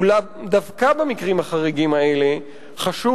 אולם דווקא במקרים החריגים האלה חשוב